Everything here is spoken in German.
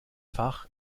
fach